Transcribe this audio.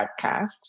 podcast